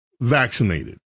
vaccinated